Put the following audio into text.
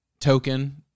Token